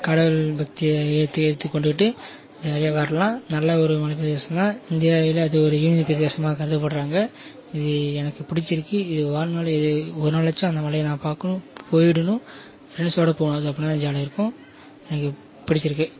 கடவுள் பக்தியை எடுத்து எடுத்துக்கொண்டுக்கிட்டு ஜாலியாக வரலாம் நல்ல ஒரு மலைப்பிரதேசம் தான் இந்தியாவிலே அது ஒரு யூனியன் பிரதேசமாக கருதப்படுகிறாங்க இது எனக்கு பிடிச்சிருக்கு இது வாழ்நாளில் ஒருநாளாச்சும் அந்த மலையை நான் பார்க்கணும் போயிடணும் ஃப்ரெண்ட்ஸோடு போகணும் அது அப்படின்னாதான் ஜாலியாக இருக்கும் எனக்கு பிடிச்சுருக்கு